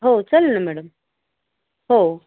हो चालेल ना मॅडम हो